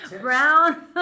Brown